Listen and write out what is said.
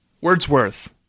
Wordsworth